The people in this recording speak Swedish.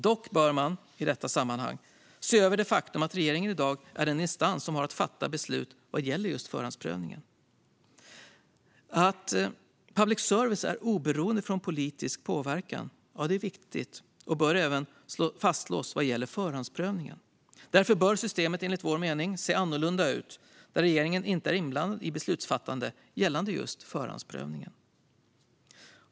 Dock bör man i detta sammanhang se över det faktum att regeringen i dag är den instans som har att fatta beslut vad gäller förhandsprövningen. Att public service är oberoende från politisk påverkan är viktigt och bör även fastslås vad gäller förhandsprövningen. Därför bör systemet enligt vår mening se annorlunda ut, att regeringen inte är inblandad i beslutsfattande gällande just förhandsprövningen.